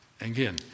Again